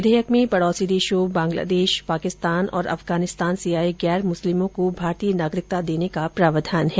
विधेयक में पडौसी देशों बंगलादेश पांकिस्तान और अफगानिस्तान से आए गैर मुस्लिमों को भारतीय नागरिकता देने का प्रावधान है